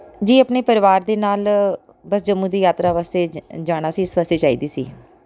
ਜੀ ਆਪਣੇ ਪਰਿਵਾਰ ਦੇ ਨਾਲ ਬਸ ਜੰਮੂ ਦੀ ਯਾਤਰਾ ਵਾਸਤੇ ਜਾਣਾ ਸੀ ਇਸ ਵਾਸਤੇ ਚਾਹੀਦੀ ਸੀ